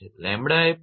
𝜆 એ 0